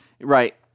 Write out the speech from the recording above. right